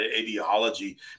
ideology